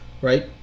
Right